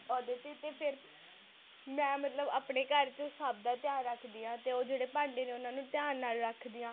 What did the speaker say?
ਉਹਦੇ 'ਤੇ ਅਤੇ ਫਿਰ ਮੈਂ ਮਤਲਬ ਆਪਣੇ ਘਰ 'ਚੋਂ ਸਭ ਦਾ ਧਿਆਨ ਰੱਖਦੀ ਹਾਂ ਅਤੇ ਓਹ ਜਿਹੜੇ ਭਾਂਡੇ ਨੇ ਉਹਨਾਂ ਨੂੰ ਧਿਆਨ ਨਾਲ ਰੱਖਦੀ ਹਾਂ